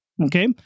Okay